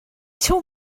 till